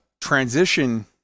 transition